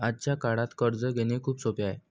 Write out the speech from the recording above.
आजच्या काळात कर्ज घेणे खूप सोपे आहे